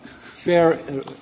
fair